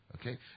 Okay